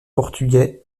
portugais